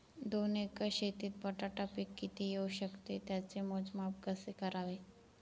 दोन एकर शेतीत बटाटा पीक किती येवू शकते? त्याचे मोजमाप कसे करावे?